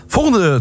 Volgende